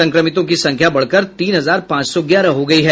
संक्रमितों की संख्या बढ़कर तीन हजार पांच सौ ग्यारह हो गयी है